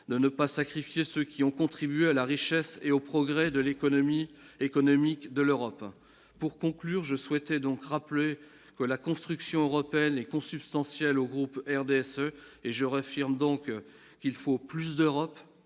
de ne pas sacrifier ceux qui ont contribué à la richesse et au progrès de l'économie économique de l'Europe, pour conclure, je souhaitais donc rappeler que la construction européenne est consubstantielle au groupe RDSE et je réaffirme donc il faut plus d'Europe